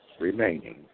remaining